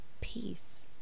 peace